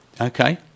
Okay